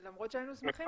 למרות שהיינו שמחים